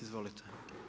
Izvolite.